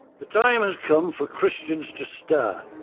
the time has come for christians to stir.